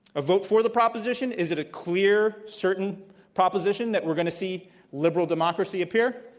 a vote for the proposition, is it a clear, certain proposition that we're going to see liberal democracy appear?